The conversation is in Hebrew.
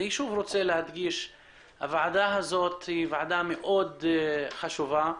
אני רוצה להדגיש שוב שהוועדה הזו היא ועדה מאוד חשובה.